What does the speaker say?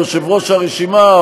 יושב-ראש הרשימה,